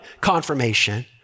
confirmation